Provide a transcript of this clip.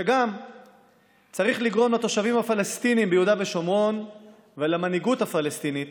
שגם צריך לגרום לתושבים הפלסטינים ביהודה ושומרון ולמנהיגות הפלסטינית